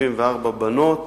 74 בנות,